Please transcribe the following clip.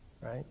Right